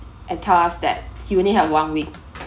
told us that he only have one week